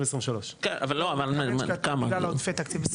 מעודפי תקציב.